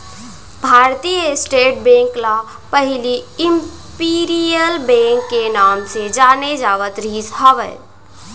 भारतीय State Bank ल पहिली इम्पीरियल बेंक के नांव ले जाने जावत रिहिस हवय